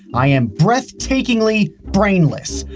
i am breathtakingly brainless.